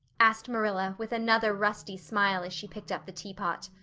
asked marilla with another rusty smile as she picked up the teapot.